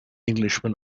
englishman